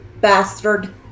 bastard